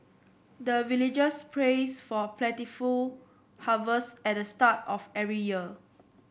the villagers prays for plentiful harvest at the start of every year